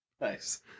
Nice